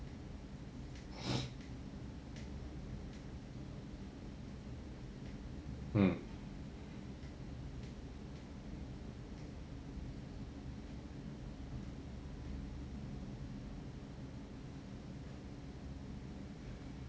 mm